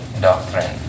doctrine